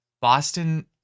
Boston